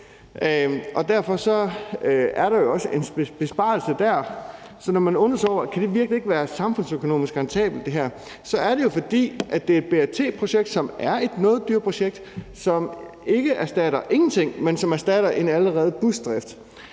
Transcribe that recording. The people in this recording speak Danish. derfor er der jo også en besparelse der. Så når man undrer sig over, om det her virkelig kan være samfundsøkonomisk rentabelt, kan jeg sige, at det er, fordi det er et BRT-projekt, som er et noget dyrere projekt, som ikke erstatter ingenting, men som erstatter en allerede